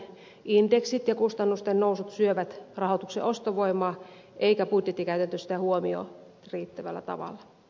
indeksit ja kustannusten nousut syövät rahoituksen ostovoimaa eikä budjetti ota sitä huomioon riittävällä tavalla